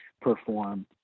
perform